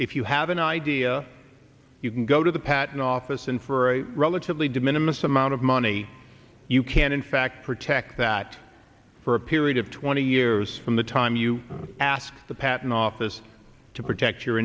if you have an idea you can go to the patent office and for a relatively de minimus amount of money you can in fact protect that for a period of twenty years from the time you ask the patent office to protect your